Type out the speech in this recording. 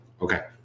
Okay